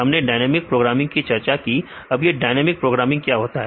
हमने dynamic programming की चर्चा की अब यह डायनेमिक प्रोग्रामिंग क्या होता है